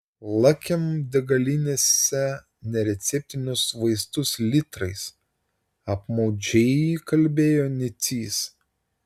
lakim degalinėse nereceptinius vaistus litrais apmaudžiai kalbėjo nicys